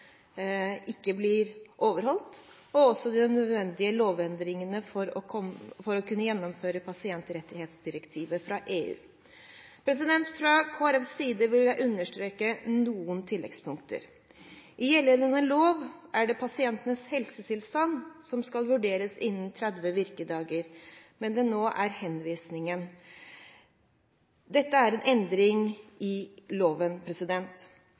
ikke blir overholdt, og de nødvendige lovendringene for å kunne gjennomføre pasientrettighetsdirektivet fra EU. Fra Kristelig Folkepartis side vil jeg understreke noen tilleggspunkter. I gjeldende lov er det pasientenes helsetilstand som skal vurderes innen 30 virkedager, mens det nå er henvisningen. Dette er en endring i loven.